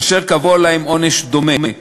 אשר קבוע להן עונש דומה: